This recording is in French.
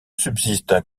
subsiste